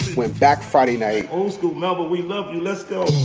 went back friday night. home school. melvin, we love you. let's go.